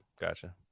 gotcha